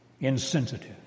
insensitive